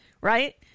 right